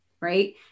right